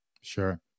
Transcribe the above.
Sure